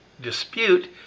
dispute